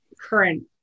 current